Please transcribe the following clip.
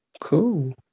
Cool